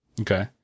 Okay